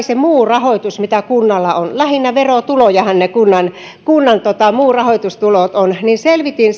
se muu rahoitus mitä kunnalla on lähinnä verotulojahan ne kunnan kunnan muut rahoitustulot ovat selvitin